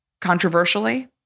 controversially